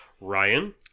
Ryan